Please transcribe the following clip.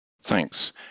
Thanks